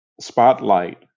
spotlight